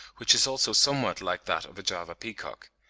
which is also somewhat like that of the java peacock.